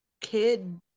kid